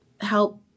help